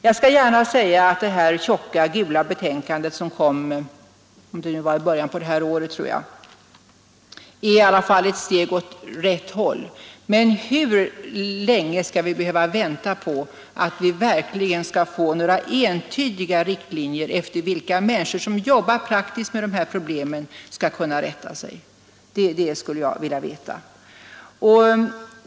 Jag skall gärna säga att det tjocka gula betänkande som kom för inte så länge sedan — det var väl i början av året — i alla fall är ett steg åt rätt håll. Men hur länge skall vi behöva vänta på att få entydiga riktlinjer, efter vilka människor som jobbar praktiskt med de här problemen kan rätta sig? Det skulle jag vilja veta.